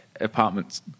apartment's